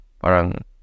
parang